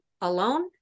alone